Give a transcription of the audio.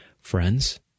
Friends